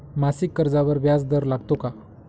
मासिक कर्जावर व्याज दर लागतो का?